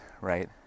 right